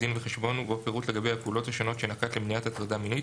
דין וחשבון ובו פירוט לגבי הפעולות השונות שנקט למניעת הטרדה מינית